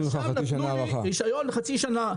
ישר נתנו לי רישיון לחצי שנה.